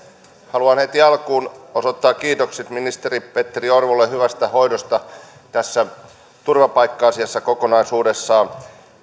haluan heti alkuun osoittaa kiitokset ministeri petteri orvolle hyvästä hoidosta tässä turvapaikka asiassa kokonaisuudessaan